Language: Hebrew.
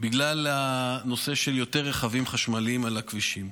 כי יהיו יותר רכבים חשמליים על הכבישים.